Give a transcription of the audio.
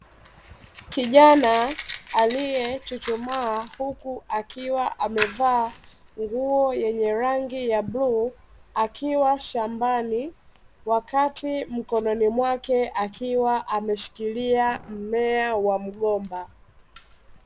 Kijana aliyechuchumaa huku akiwa amevaa nguo yenye rangi ya bluu, akiwa shambani wakati mkononi mwake akiwa ameshikilia mmea wa mgomba .